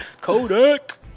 Kodak